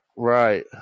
Right